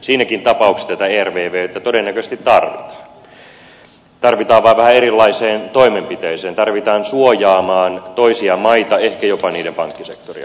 siinäkin tapauksessa tätä ervvtä todennäköisesti tarvitaan tarvitaan vain vähän erilaiseen toimenpiteeseen tarvitaan suojaamaan toisia maita ehkä jopa niiden pankkisektoria